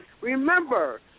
remember